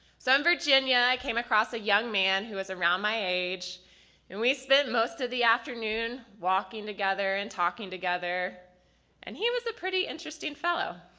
so in virginia i came across a young man who was around my age and we spent most of the afternoon walking together and talking together and he was a pretty interesting fellow.